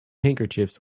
handkerchiefs